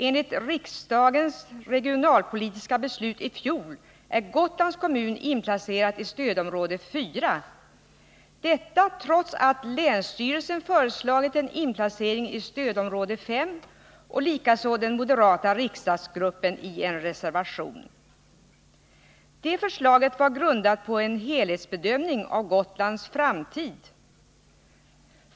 Enligt riksdagens regionalpolitiska beslut i fjol är Gotlands kommun inplacerad i stödområde 4, trots att länsstyrelsen föreslagit en inplacering i stödområde 5, vilket också den moderata riksdagsgruppen har gjort i en reservation. Det förslaget var grundat på en helhetsbedömning av Gotlands framtid.